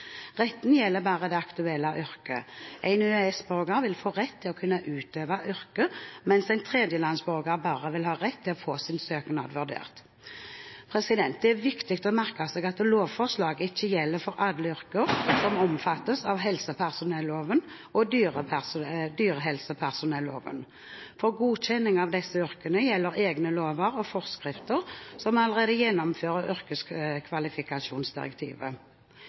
Retten gjelder bare det aktuelle yrket. En EØS-borger vil få rett til å kunne utøve yrket, mens en tredjelandsborger bare vil ha rett til å få sin søknad vurdert. Det er viktig å merke seg at lovforslaget ikke gjelder for yrker som omfattes av helsepersonelloven og dyrehelsepersonelloven. For godkjenning av disse yrkene gjelder egne lover og forskrifter som allerede gjennomfører yrkeskvalifikasjonsdirektivet.